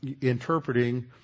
interpreting